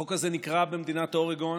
החוק הזה נקרא במדינת אורגון